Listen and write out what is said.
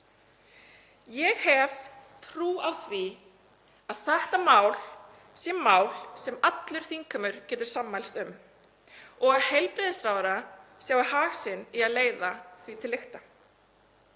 Ég hef trú á því að þetta sé mál sem allur þingheimur getur sammælst um og að heilbrigðisráðherra sjái hag sinn í að leiða það til lykta.